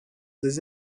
des